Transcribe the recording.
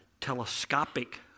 telescopic